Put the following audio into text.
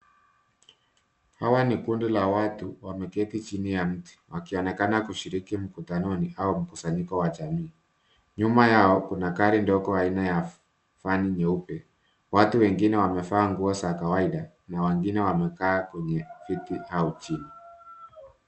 Hawa ni kundi la watu wameketi chini ya mti, wakionekana kushiriki mkutano au mkusanyiko wa jamii. Nyuma yao kuna gari ndogo aina ya van nyeupe, Watu wengine wamevaa nguo za kawaida, na wengine wamekaa kwenye viti au chini.